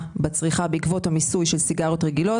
בצריכה בעקבות המיסוי על סיגריות רגילות.